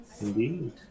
Indeed